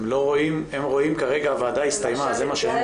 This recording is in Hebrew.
ביקשנו התייחסות של החשב